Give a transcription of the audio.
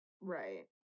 Right